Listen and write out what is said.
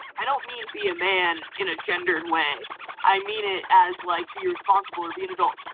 i don't mean be a man in a gendered way i mean it as like be responsible or be an adult.